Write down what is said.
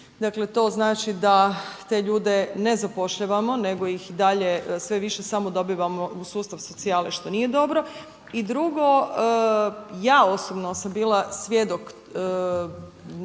dakle to znači da te ljude ne zapošljavamo nego ih dalje sve više samo dobivamo u sustav socijale što nije dobro. I drugo, ja osobno sam bila svjedok